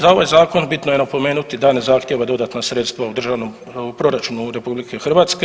Za ovaj zakon bitno je napomenuti da ne zahtjeva dodatna sredstva u državnom u proračunu RH.